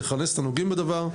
לכנס את הנוגעים בדבר,